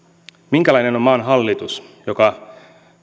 minkälainen on maan hallitus joka